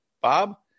Bob